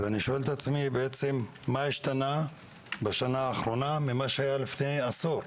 ואני שואל את עצמי בעצם מה השתנה בשנה האחרונה ממה שהיה לפני עשור?